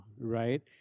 right